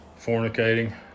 fornicating